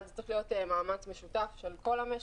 אבל זה צריך להיות מאמץ משותף של כל המשק,